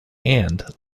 and